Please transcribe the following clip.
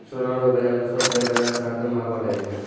सोना रो बाजार दूसरो शेयर बाजार से हरदम महंगो रहै छै